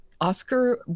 Oscar